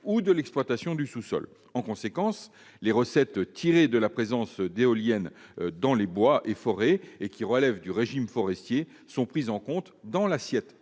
ou de l'exploitation du sous-sol. En conséquence, les recettes tirées de la présence d'éoliennes dans les bois et forêts qui relèvent du régime forestier sont prises en compte dans l'assiette